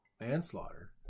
manslaughter